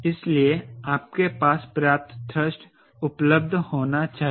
इसलिए आपके पास पर्याप्त थ्रस्ट उपलब्ध होना चाहिए